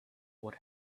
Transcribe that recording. what